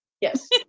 Yes